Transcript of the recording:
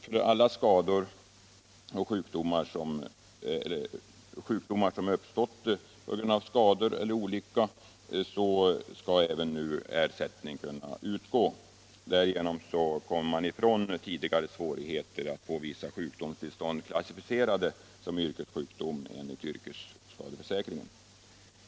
För alla skador och sjukdomar som uppstått på grund av skador eller olycka i samband med arbetet skall ersättning kunna utgå. Därigenom kommer man ifrån tidigare svårigheter att få vissa sjukdomstillstånd klassificerade som yrkessjukdom enligt yrkesskadeförsäkringen.